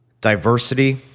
diversity